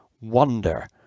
wonder